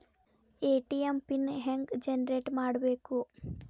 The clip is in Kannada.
ಎ.ಟಿ.ಎಂ ಪಿನ್ ಹೆಂಗ್ ಜನರೇಟ್ ಮಾಡಬೇಕು?